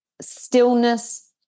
stillness